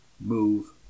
move